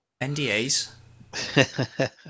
NDAs